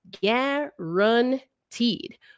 guaranteed